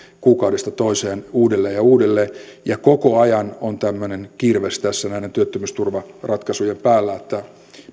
kuukaudesta toiseen uudelleen ja uudelleen ja koko ajan on tämmöinen kirves tässä näiden työttömyysturvaratkaisujen päällä että